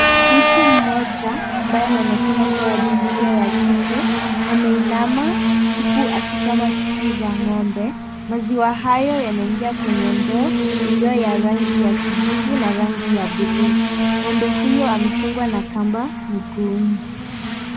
Mtu mmoja ambaye anaonekana kuwa wa jinsia ya kike, ameinama huku akikama chuchu za ng'ombe. Maziwa hayo yanaingia kwenye ndoo iliyo ya rangi ya kijivu na rangi ya bluu. Ng'ombe huyo amefungwa na kamba mguuni.